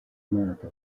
america